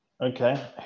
Okay